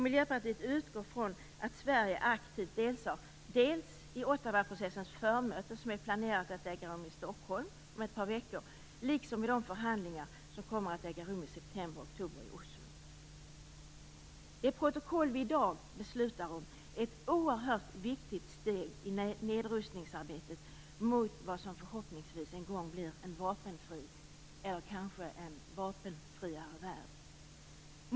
Miljöpartiet utgår från att Sverige aktivt deltar dels i Ottawaprocessens förmöte, som är planerat att äga rum i Stockholm om ett par veckor, dels i de förhandlingar som kommer att äga rum i september och oktober i Oslo. Det protokoll som vi i dag beslutar om är ett oerhört viktigt steg i nedrustningsarbetet mot vad som förhoppningsvis en gång blir en vapenfri eller kanske en vapenfriare värld.